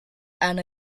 and